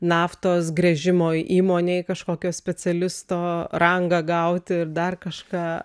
naftos gręžimo įmonėj kažkokio specialisto rangą gauti ir dar kažką